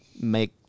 make